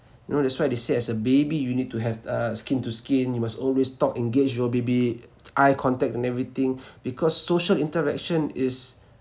you know that's why they say as a baby you need to have uh skin to skin you must always talk engage with your baby eye contact and everything because social interaction is